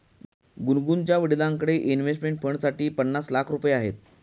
गुनगुनच्या वडिलांकडे इन्व्हेस्टमेंट फंडसाठी पन्नास लाख रुपये आहेत